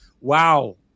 Wow